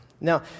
Now